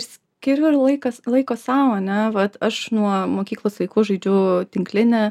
skiriu ir laikas laiko sau ane vat aš nuo mokyklos laikų žaidžiu tinklinį